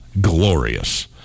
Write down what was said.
glorious